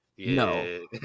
No